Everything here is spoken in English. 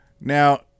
Now